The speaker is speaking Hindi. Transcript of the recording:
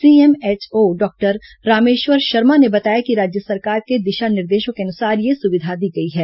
सीएमएचओ डॉक्टर रामेश्वर शर्मा ने बताया कि राज्य सरकार के दिशा निर्देशों के अनुसार यह सुविधा दी गई है